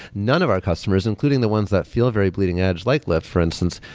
none of our customers, including the ones that feel very bleeding edge, like lyft for instance,